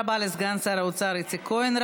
תודה רבה לסגן שר האוצר איציק כהן.